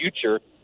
future